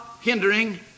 hindering